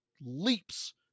leaps